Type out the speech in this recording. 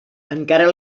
encara